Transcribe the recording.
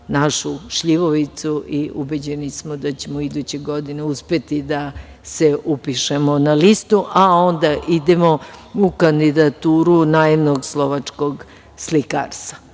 našu šljivovicu i ubeđeni smo da ćemo iduće godine uspeti da se upišemo na listu, a onda idemo u kandidaturu naivnog slovačkog slikarstva.